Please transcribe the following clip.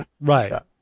Right